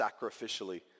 sacrificially